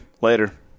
later